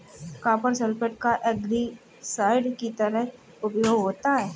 copper sulphate का algicide की तरह उपयोग होता है